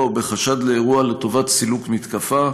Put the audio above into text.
או בחשד לאירוע לטובת סילוק מתקפה,